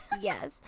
Yes